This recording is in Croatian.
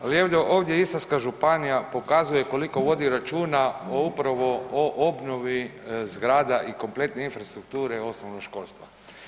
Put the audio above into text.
Ali evo ovdje Istarska županija pokazuje koliko vodi računa o upravo o obnovi zgrada i kompletne infrastrukture osnovnoškolstva.